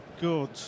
good